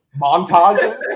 montages